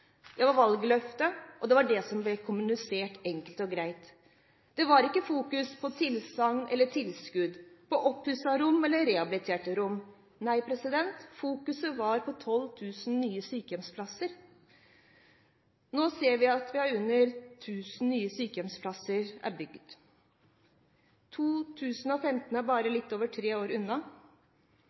Det var valgløftet, det var det som ble kommunisert, enkelt og greit. Det var ikke fokusering på tilsagn om tilskudd, på oppussede rom eller på rehabiliterte rom, nei, fokuseringen var på 12 000 nye sykehjemsplasser. Nå ser vi at under 1 000 nye sykehjemsplasser er bygget. 2015 er bare litt over tre år unna.